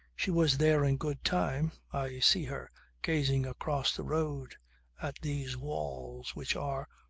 she was there in good time. i see her gazing across the road at these walls which are,